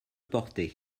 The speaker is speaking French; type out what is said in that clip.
porter